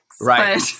Right